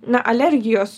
na alergijos